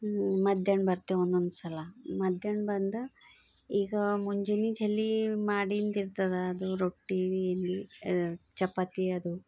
ಮಧ್ಯಾಹ್ನ ಬರ್ತೀವಿ ಒಂದೊಂದ್ಸಲ ಮಧ್ಯಾಹ್ನ ಬಂದು ಈಗ ಮುಂಜಾನೆ ಜಲ್ದಿ ಮಾಡಿದ್ದಿರ್ತದ ಅದು ರೊಟ್ಟಿ ಚಪಾತಿ ಅದು